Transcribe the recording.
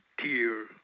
tear